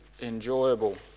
enjoyable